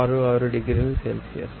66 డిగ్రీల సెల్సియస్